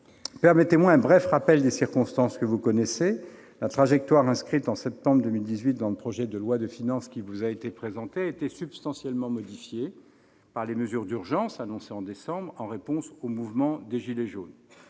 Permettez-moi un bref rappel des circonstances que vous connaissez. La trajectoire inscrite en septembre 2018 dans le projet de loi de finances qui vous a été présenté a été substantiellement modifiée par les mesures d'urgence annoncées en décembre, en réponse au mouvement des « gilets jaunes